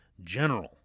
general